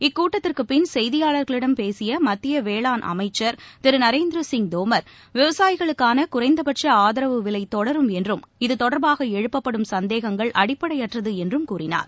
இக்கூட்டத்திற்குப்பின் செய்தியாளர்களிடம் பேசிய மத்திய வேளாண் அமைச்சர் திரு நரேந்திர சிங் தோமர் விவசாயிகளுக்கான குறைந்தபட்ச ஆதரவு விலை தொடரும் என்றும் இதுதொடர்பாக எழுப்பப்படும் சந்தேகங்கள் அடிப்படையற்றது என்றும் கூறினார்